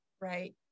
right